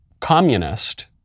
communist